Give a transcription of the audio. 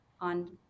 on